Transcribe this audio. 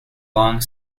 long